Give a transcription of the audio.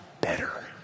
better